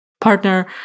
partner